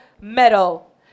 Medal